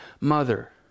mother